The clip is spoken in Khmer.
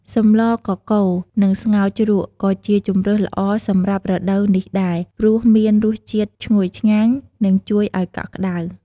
សម្លកកូរ និងស្ងោរជ្រក់ ក៏ជាជម្រើសល្អសម្រាប់រដូវនេះដែរ ព្រោះមានរសជាតិឈ្ងុយឆ្ងាញ់ និងជួយឱ្យកក់ក្ដៅ។